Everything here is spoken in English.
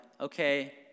okay